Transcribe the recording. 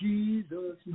Jesus